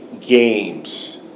games